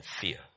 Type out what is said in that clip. fear